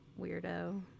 weirdo